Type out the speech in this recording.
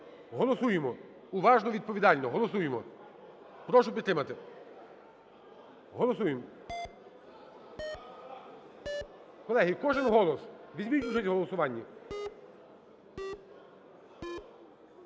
Голосуємо уважно, відповідально. Голосуємо. Прошу підтримати. Голосуємо. Колеги, кожен голос. Візьміть участь в голосуванні.